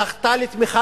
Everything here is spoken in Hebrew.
זכתה לתמיכה